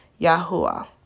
Yahuwah